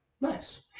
Nice